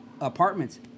apartments